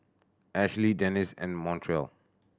Ashli Denice and Montrell